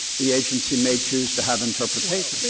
the agency may choose to have interpretations.